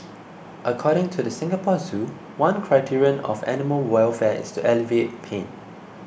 according to the Singapore Zoo one criterion of animal welfare is to alleviate pain